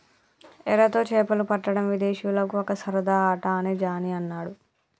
ఎరతో చేపలు పట్టడం విదేశీయులకు ఒక సరదా ఆట అని జానీ అన్నాడు